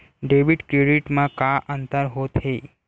Debit credit मा का अंतर होत हे?